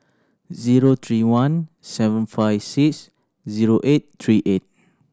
zero three one seven five six zero eight three eight